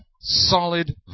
solid